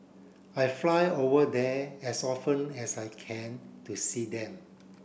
I fly over there as often as I can to see them